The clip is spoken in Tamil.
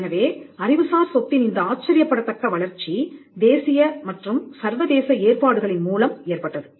எனவே அறிவுசார் சொத்தின் இந்த ஆச்சரியப்படத்தக்க வளர்ச்சி தேசிய மற்றும் சர்வதேச ஏற்பாடுகளின் மூலம் ஏற்பட்டது